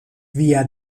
via